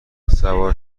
سوار